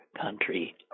country